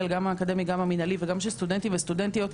המנהלי והאקדמי וגם של סטודנטים וסטודנטיות,